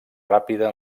ràpida